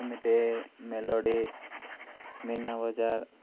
ଏମିତି ମେଲୋଡ଼ି ମୀନା ବଜାର